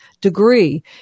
degree